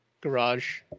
garage